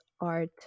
art